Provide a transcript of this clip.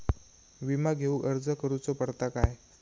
विमा घेउक अर्ज करुचो पडता काय?